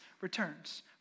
returns